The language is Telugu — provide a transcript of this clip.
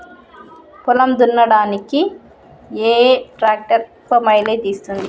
పొలం దున్నడానికి ఏ ట్రాక్టర్ ఎక్కువ మైలేజ్ ఇస్తుంది?